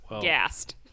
Gassed